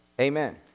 Amen